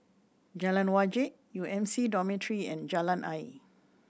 Jalan Wajek U M C Dormitory and Jalan Ayer